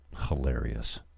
hilarious